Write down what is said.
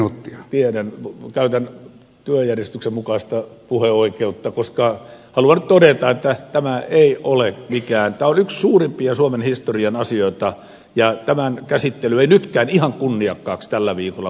tiedän mutta käytän työjärjestyksen mukaista puheoikeutta koska haluan nyt todeta että tämä on yksi suurimpia suomen historian asioita ja tämän käsittely ei nytkään ihan kunniakkaaksi tällä viikolla muodostu